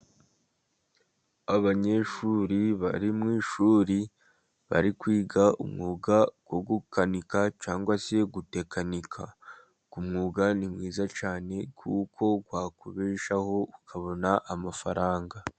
Abanyeshuri bari mu ishuri bari kwiga umwuga wo gukanika cyangwa se gutekenika, uwo mwuga ni mwiza cyane kuko wakubeshaho ukabona amafaranga.